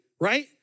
right